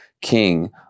king